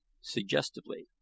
suggestively